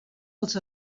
als